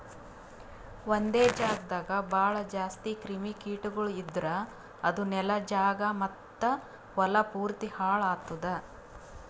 ಒಂದೆ ಜಾಗದಾಗ್ ಭಾಳ ಜಾಸ್ತಿ ಕ್ರಿಮಿ ಕೀಟಗೊಳ್ ಇದ್ದುರ್ ಅದು ನೆಲ, ಜಾಗ ಮತ್ತ ಹೊಲಾ ಪೂರ್ತಿ ಹಾಳ್ ಆತ್ತುದ್